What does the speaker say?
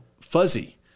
fuzzy